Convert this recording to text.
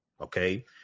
Okay